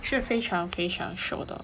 是非常非常瘦的